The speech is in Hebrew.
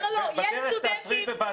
יש סטודנטים --- אני מציע שבדרך תעצרי בוועדת